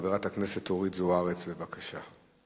חברת הכנסת אורית זוארץ, בבקשה.